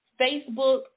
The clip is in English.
Facebook